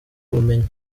ubumenyi